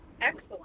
excellent